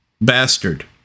bastard